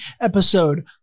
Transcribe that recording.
episode